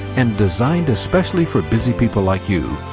and designed especially for busy people like you.